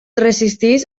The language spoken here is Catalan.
resisteix